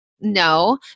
No